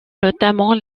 notamment